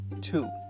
two